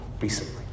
recently